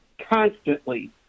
constantly